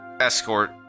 escort